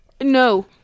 No